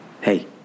Hey